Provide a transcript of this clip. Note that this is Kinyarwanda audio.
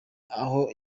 aho